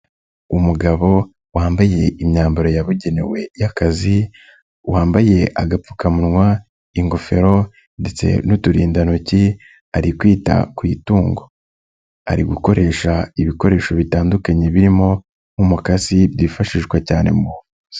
Umugabo wambaye imyambaro yabugenewe y'akazi wambaye agapfukamunwa ingofero ndetse n'uturindantoki, ari kwita ku itungo. Ari gukoresha ibikoresho bitandukanye birimo nk'umukasi byifashishwa cyane mu buvuzi.